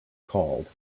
called